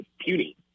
puny